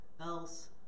else